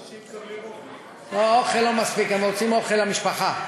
מקבלים, אוכל לא מספיק, הם רוצים אוכל למשפחה.